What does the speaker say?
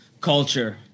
culture